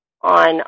on